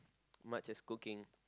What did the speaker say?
much as cooking